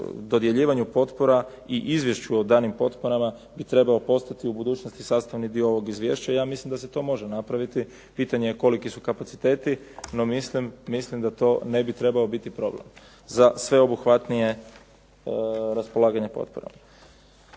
dodjeljivanju potpora i izvješću o danim potporama bi trebao postati u budućnosti sastavni dio ovog izvješća. Ja mislim da se to može napraviti. Pitanje je koliki su kapaciteti, no mislim da to ne bi trebao biti problem za sveobuhvatnije raspolaganje potporama.